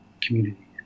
community